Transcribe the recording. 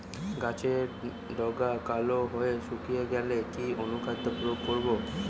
গাছের ডগা কালো হয়ে শুকিয়ে গেলে কি অনুখাদ্য প্রয়োগ করব?